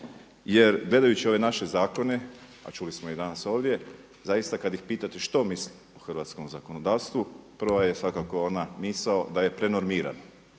Jer gledajući ove naše zakone, a čuli smo i danas ovdje, zaista kada ih pitate što misle o hrvatskom zakonodavstvu, prva je svakako ona misao da je prenormiran,